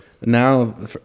Now